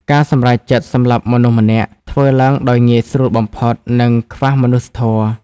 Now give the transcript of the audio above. ការសម្រេចចិត្តសម្លាប់មនុស្សម្នាក់ ធ្វើឡើងដោយងាយស្រួលបំផុត និងខ្វះមនុស្សធម៌។